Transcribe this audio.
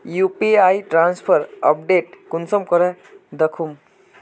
UPI transfer update कुंसम करे दखुम?